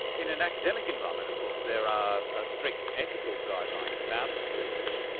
in an academic environment of course there are ah strict ethical guidelines about research.